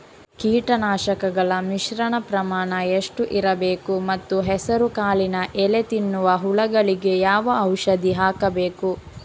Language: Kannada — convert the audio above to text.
ಕೀಟನಾಶಕಗಳ ಮಿಶ್ರಣ ಪ್ರಮಾಣ ಎಷ್ಟು ಇರಬೇಕು ಮತ್ತು ಹೆಸರುಕಾಳಿನ ಎಲೆ ತಿನ್ನುವ ಹುಳಗಳಿಗೆ ಯಾವ ಔಷಧಿ ಹಾಕಬೇಕು?